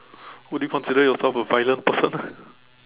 would you consider yourself a violent person